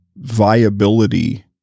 viability